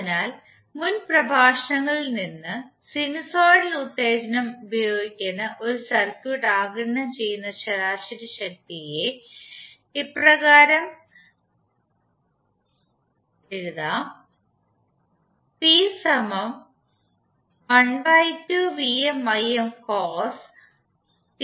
അതിനാൽ മുൻ പ്രഭാഷണങ്ങളിൽ നിന്ന് സിനുസോയ്ഡൽ ഉത്തേജനം ഉപയോഗിക്കുന്ന ഒരു സർക്യൂട്ട് ആഗിരണം ചെയ്യുന്ന ശരാശരി ശക്തിയെ ഇപ്രകാരം ഓർമിക്കാം